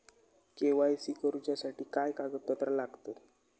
KYC करूच्यासाठी काय कागदपत्रा लागतत?